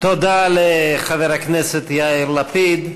תודה לחבר הכנסת יאיר לפיד.